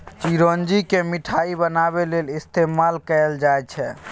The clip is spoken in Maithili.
चिरौंजी केँ मिठाई बनाबै लेल इस्तेमाल कएल जाई छै